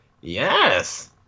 Yes